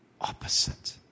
Opposite